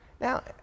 Now